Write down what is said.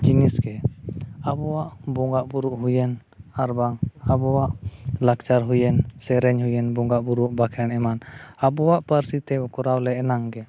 ᱡᱤᱱᱤᱥ ᱜᱮ ᱟᱵᱚᱣᱟᱜ ᱵᱚᱸᱜᱟ ᱵᱩᱨᱩ ᱦᱩᱭᱮᱱ ᱟᱨᱵᱟᱝ ᱟᱵᱚᱣᱟᱜ ᱞᱟᱠᱪᱟᱨ ᱦᱩᱭᱮᱱ ᱥᱮᱨᱮᱧ ᱦᱩᱭᱮᱱ ᱵᱚᱸᱜᱟ ᱵᱩᱨᱩ ᱵᱟᱸᱠᱷᱮᱬ ᱮᱢᱟᱱ ᱟᱵᱚᱣᱟᱜ ᱯᱟᱹᱨᱥᱤᱛᱮ ᱠᱚᱨᱟᱣᱞᱮ ᱮᱱᱟᱝᱜᱮ